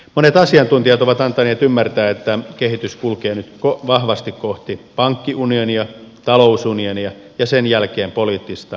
monet asiantuntijat ovat antaneet ymmärtää että kehitys kulkee nyt vahvasti kohti pankkiunionia talousunionia ja sen jälkeen poliittista unionia